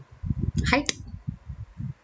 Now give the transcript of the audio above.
height